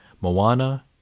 Moana